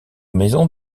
maison